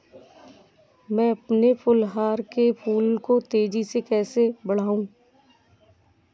मैं अपने गुलवहार के फूल को तेजी से कैसे बढाऊं?